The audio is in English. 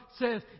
says